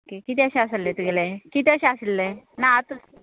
किते अशें आशिल्ले तुगेले कितें अशें आशिल्लें ना आतां